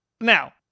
Now